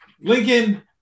Lincoln